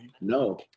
no